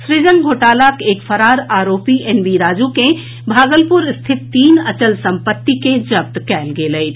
सृजन घोटालाक एक फरार आरोपी एन वी राजू के भागलपुर स्थित तीन अचल संपत्ति के जब्त कएल गेल अछि